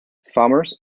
farms